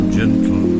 gentle